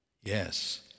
Yes